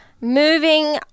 Moving